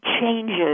changes